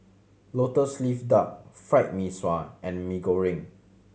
Lotus Leaf Duck Fried Mee Sua and Mee Goreng